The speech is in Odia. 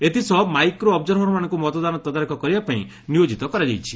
ଏଥିସହ ମାଇକ୍ରୋ ଅବ୍କରଭରମାନଙ୍କୁ ମତଦାନ ତଦାରଖ କରିବା ପାଇଁ ନିୟୋଜିତ କରାଯାଇଛି